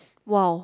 !wow!